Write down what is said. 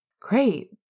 Great